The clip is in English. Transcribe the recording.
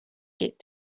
get